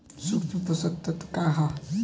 सूक्ष्म पोषक तत्व का ह?